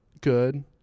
good